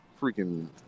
freaking –